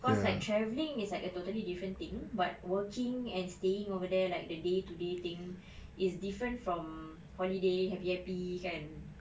cause like travelling is like a totally different thing but working and staying over there like the day to day thing is different from holiday happy happy kan